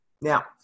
Now